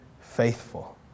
faithful